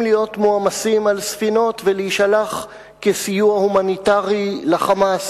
להיות מועמסים על ספינות ולהישלח כסיוע הומניטרי ל"חמאס",